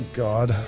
god